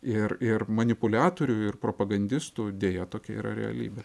ir ir manipuliatorių ir propagandistų deja tokia yra realybė